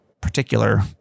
particular